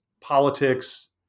politics